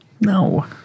no